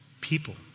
people